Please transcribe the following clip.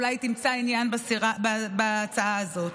אולי היא תמצא עניין בהצעה הזאת.